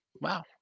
wow